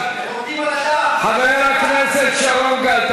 חבר הכנסת שרון גל,